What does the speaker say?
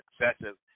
excessive